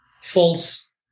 false